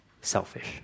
selfish